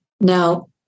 Now